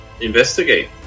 investigate